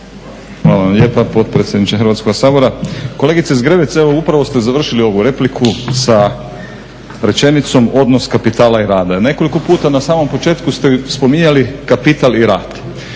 Hvala vam lijepa potpredsjedniče Hrvatskoga sabora. Kolegice Zgrebec evo upravo ste završili ovu repliku sa rečenicom odnos kapitala i rada. Nekoliko puta na samom početku ste spominjali kapital i rad.